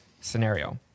scenario